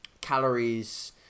calories